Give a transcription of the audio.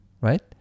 right